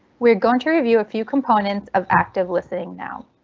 we're going to review a few components of active listening now.